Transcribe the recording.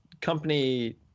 company